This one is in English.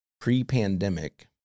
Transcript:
pre-pandemic